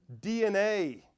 DNA